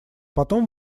потом